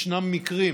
ישנם מקרים